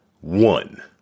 one